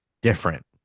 different